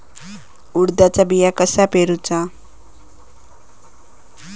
उडदाचा बिया कसा पेरूचा?